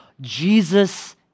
Jesus